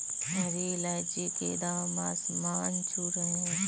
हरी इलायची के दाम आसमान छू रहे हैं